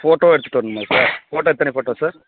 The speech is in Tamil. போட்டோ எடுத்துகிட்டு வரணுமா சார் போட்டோ எத்தன போட்டோ சார்